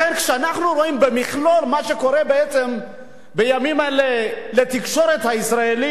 כשאנחנו רואים במכלול מה שקורה בעצם בימים אלה לתקשורת הישראלית,